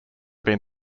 been